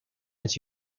its